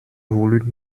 voulu